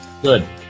Good